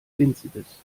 winziges